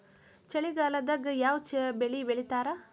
ಚಳಿಗಾಲದಾಗ್ ಯಾವ್ ಬೆಳಿ ಬೆಳಿತಾರ?